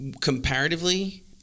Comparatively